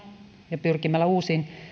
ja pyrkimällä uusiin